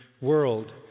world